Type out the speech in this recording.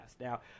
Now